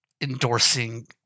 endorsing